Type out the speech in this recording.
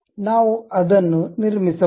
ನಾವು ಅದನ್ನು ನಿರ್ಮಿಸಬಹುದು